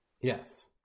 Yes